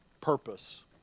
purpose